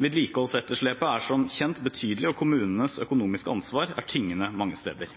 Vedlikeholdsetterslepet er som kjent betydelig, og kommunenes økonomiske ansvar er tyngende mange steder.